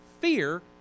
fear